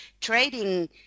trading